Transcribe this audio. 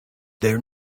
there